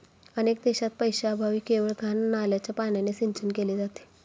अनेक देशांत पैशाअभावी केवळ घाण नाल्याच्या पाण्याने सिंचन केले जाते